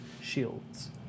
shields